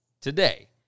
today